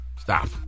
Stop